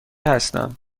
هستم